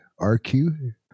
RQ